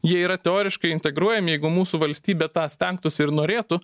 jie yra teoriškai integruojami jeigu mūsų valstybė tą stengtųsi ir norėtų